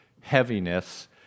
heaviness